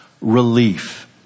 relief